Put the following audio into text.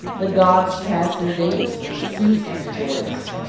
the gods passed their days in ceaseless joys.